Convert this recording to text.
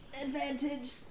advantage